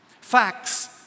Facts